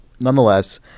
nonetheless